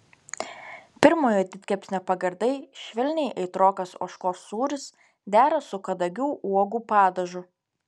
pirmojo didkepsnio pagardai švelniai aitrokas ožkos sūris dera su kadagių uogų padažu